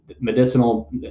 medicinal